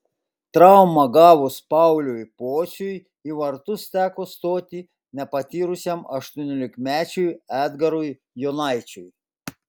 traumą gavus pauliui pociui į vartus teko stoti nepatyrusiam aštuoniolikmečiui edgarui jonaičiui